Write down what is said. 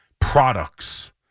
products